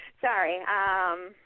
Sorry